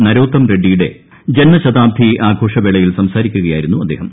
നരോത്തം റെഡ്സിയുടെ ജന്മശതാബ്ദി ആഘോഷവേളയിൽ സംസാരിക്കുകയായിരുന്നു അദ്ദേഹം